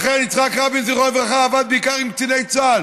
לכן יצחק רבין זכרונו לברכה עבד בעיקר עם קציני צה"ל,